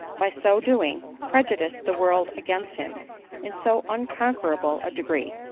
by so do ing. prejudiced the world against him in so unconquer able a degree,